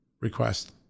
request